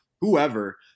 whoever